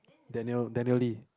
Daniel Daniel-Lee